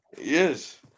Yes